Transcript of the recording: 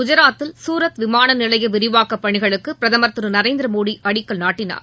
குஜாத்தில் சூரத் விமானநிலைய விரிவாக்கப்பணிகளுக்கு பிரதமர் திரு நநரேந்திரமோடி அடிக்கல் நாட்டினார்